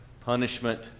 punishment